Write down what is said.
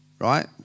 right